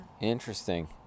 Interesting